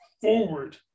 forward